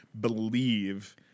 believe